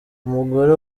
umugore